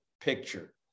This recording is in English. picture